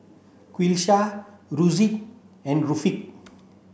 Qalisha and